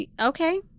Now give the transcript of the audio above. Okay